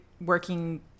working